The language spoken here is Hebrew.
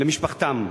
למשפחתם.